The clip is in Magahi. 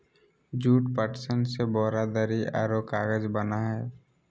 जूट, पटसन से बोरा, दरी औरो कागज बना हइ